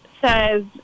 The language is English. says